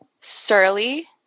surly